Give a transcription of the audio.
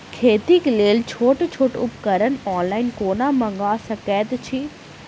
खेतीक लेल छोट छोट उपकरण ऑनलाइन कोना मंगा सकैत छी?